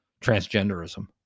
Transgenderism